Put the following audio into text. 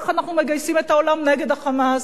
איך אנחנו מגייסים את העולם נגד ה"חמאס",